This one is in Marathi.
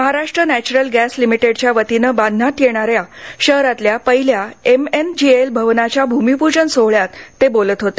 महाराष्ट्र नॅचरल गॅस लिमिटेडच्या वतीनं निर्माण करण्यात येणाऱ्या शहरातल्या पहिल्या एमएनजीएल भवनाच्या भूमीपूजन सोहळ्यात ते बोलत होते